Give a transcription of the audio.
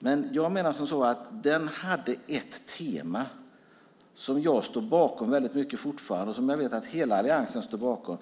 Den hade ett tema som jag fortfarande står bakom och som jag vet att hela alliansen står bakom.